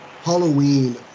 Halloween